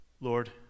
Lord